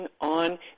on